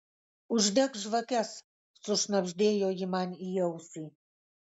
uždek žvakes sušnabždėjo ji man į ausį